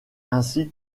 ainsi